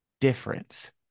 difference